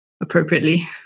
appropriately